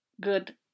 good